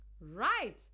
Right